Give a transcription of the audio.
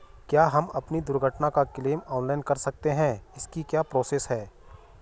क्या हम अपनी दुर्घटना का क्लेम ऑनलाइन कर सकते हैं इसकी क्या प्रोसेस है?